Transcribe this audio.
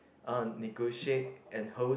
uh negotiate and host